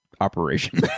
operation